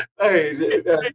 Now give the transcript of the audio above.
Hey